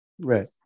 right